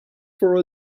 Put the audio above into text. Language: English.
for